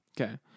Okay